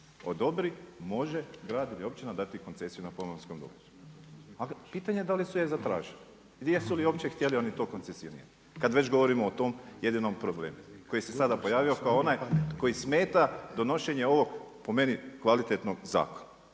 odobri može grad ili općina dati koncesiju na pomorskom dobru. A pitanje je da li su je zatražili, jesu li je uopće htjeli oni to koncesionirati kad već govorimo o tom jedinom problemu koji se sada pojavio kao onaj koji smeta donošenje ovog po meni kvalitetnog zakona.